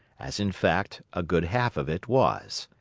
as, in fact, a good half of it was.